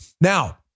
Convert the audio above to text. Now